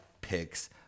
Picks